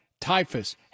typhus